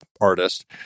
artist